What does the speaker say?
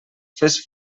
fes